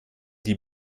die